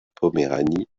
poméranie